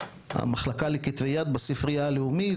המחלקה לכתבי יד בספרייה הלאומית,